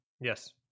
yes